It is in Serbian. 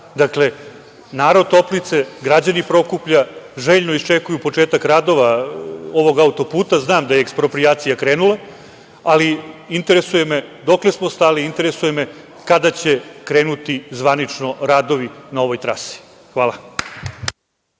Dakle, narod Toplice, građani Prokuplja, željno iščekuju početak radova ovog autoputa. Znam da je eksproprijacija krenula, ali interesuje me - dokle smo stali, interesuje me kada će krenuti zvanično radovi na ovoj trasi? Hvala.